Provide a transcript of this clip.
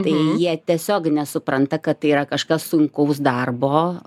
tai jie tiesiog nesupranta kad tai yra kažkas sunkaus darbo